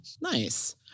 nice